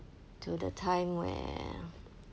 to the time where